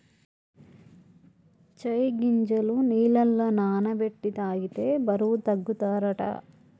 చై గింజలు నీళ్లల నాన బెట్టి తాగితే బరువు తగ్గుతారట